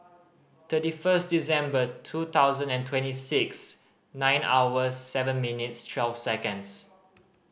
thirty first December two thousand and twenty six nine hours seven minutes twelve seconds